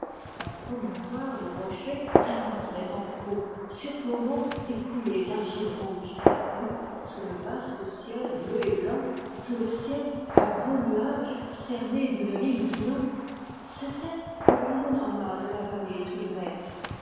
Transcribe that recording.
un promontoire de rocher s'avançait en proue surplombant des coulées d'argile rouge et sous le vaste ciel bleu et blanc sous le ciel à gros nuages cernés d'une ligne brillante c'était le panorama de la vallée toute verte